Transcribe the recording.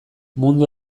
mundu